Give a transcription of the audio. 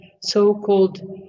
so-called